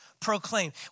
Proclaim